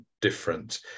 different